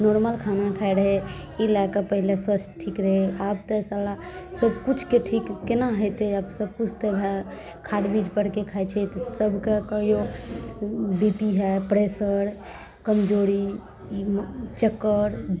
normal खाना खाइ रहै ई लैके पहिले स्वास्थ्य ठीक रहै आब तऽ सबकिछुके ठीक कोना होतै आओर सबकिछु तऽ वएह खाद बीज परके खाइ छै तऽ सभकेँ कहिओ बी पी हाइ प्रेशर कमजोरी चक्कर